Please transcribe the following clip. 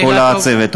ולכל הצוות.